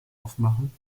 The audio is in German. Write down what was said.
aufmachen